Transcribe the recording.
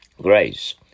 Grace